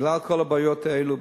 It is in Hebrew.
בגלל כל הבעיות האלה,